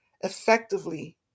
effectively